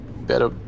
Better